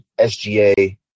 SGA